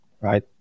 right